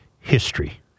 history